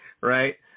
Right